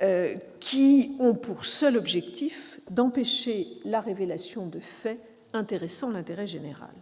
ayant pour seul objectif d'empêcher la révélation de faits intéressant l'intérêt général.